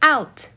Out